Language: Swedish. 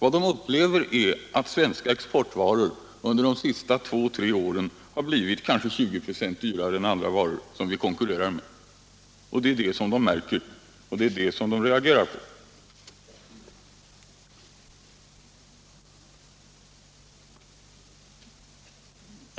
Vad de upplever är att svenska exportvaror under de senaste två tre åren har blivit kanske 20 96 dyrare än andra varor, som vi konkurrerar med. Det är det som de märker och reagerar på.